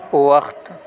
وقت